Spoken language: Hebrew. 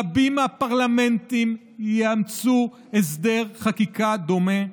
רבים מהפרלמנטים יאמצו הסדר חקיקה דומה.